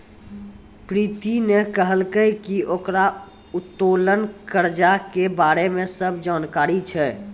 प्रीति ने कहलकै की ओकरा उत्तोलन कर्जा के बारे मे सब जानकारी छै